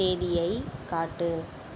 தேதியை காட்டு